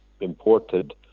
imported